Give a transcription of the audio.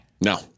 No